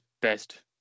best